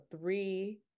three